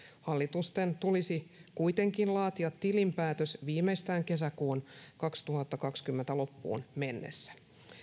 hallitusten tulisi kuitenkin laatia tilinpäätös viimeistään kesäkuun kaksituhattakaksikymmentä loppuun mennessä